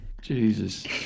Jesus